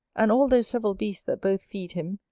and all those several beasts that both feed him,